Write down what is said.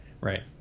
right